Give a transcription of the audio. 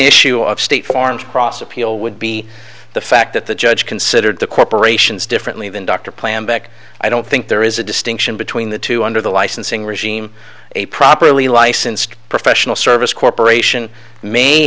issue of state farm's process of people would be the fact that the judge considered the corporations differently than dr plan back i don't think there is a distinction between the two under the licensing regime a properly licensed professional service corporation may